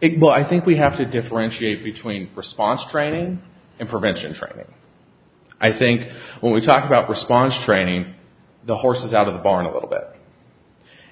but i think we have to differentiate between response training and prevention frankly i think when we talk about response training the horse is out of the barn a little bit